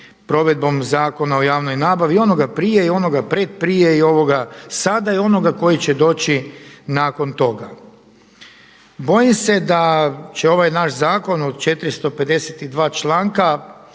provedbom Zakon o javnoj nabavi i onoga prije i onoga predprije i ovoga sada i onoga koji će doći nakon toga. Bojim se da će ovaj naš zakon od 452 članka